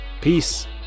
Peace